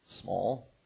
small